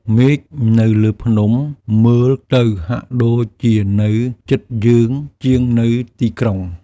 មេឃនៅលើភ្នំមើលទៅហាក់ដូចជានៅជិតយើងជាងនៅទីក្រុង។